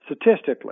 statistically